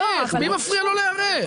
מי מפריע לו להיערך?